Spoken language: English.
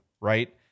Right